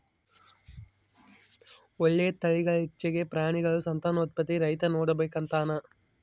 ಒಳ್ಳೆ ತಳೀಲಿಚ್ಚೆಗೆ ಪ್ರಾಣಿಗುಳ ಸಂತಾನೋತ್ಪತ್ತೀನ ರೈತ ನೋಡಿಕಂಬತಾನ